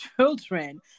children